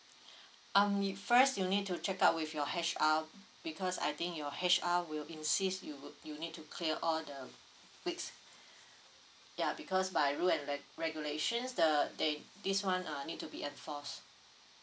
um if fresh you need to check out with your H_R because I think your H_R will insist you you need to clear all the weeks ya because by rule and re~ regulations the they this one uh need to be enforced